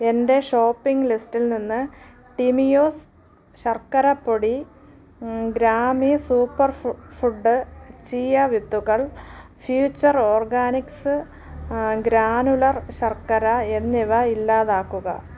എന്റെ ഷോപ്പിംഗ് ലിസ്റ്റിൽ നിന്ന് ടിമിയോസ് ശർക്കരപ്പൊടി ഗ്രാമി സൂപ്പർ ഫുഡ് ചിയ വിത്തുകൾ ഫ്യൂച്ചർ ഓർഗാനിക്സ് ഗ്രാനുലാർ ശർക്കര എന്നിവ ഇല്ലാതാക്കുക